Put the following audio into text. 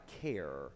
care